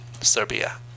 Serbia